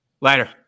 Later